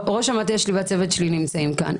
ראש המטה שלי והצוות שלי נמצאים כאן.